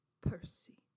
Percy